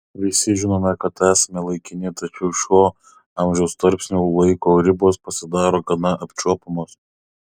visi žinome kad esame laikini tačiau šiuo amžiaus tarpsniu laiko ribos pasidaro gana apčiuopiamos